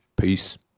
Peace